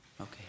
Okay